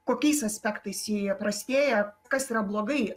kokiais aspektais ji prastėja kas yra blogai